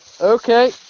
Okay